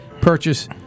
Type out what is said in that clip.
purchase